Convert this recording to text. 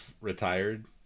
retired